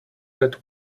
that